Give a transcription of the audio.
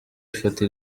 ifoto